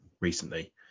recently